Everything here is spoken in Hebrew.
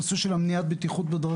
כמי שאחראי על כל הנושא של בטיחות בדרכים,